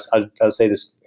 i'll say this.